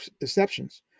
exceptions